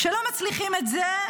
כשלא מצליחים בזה,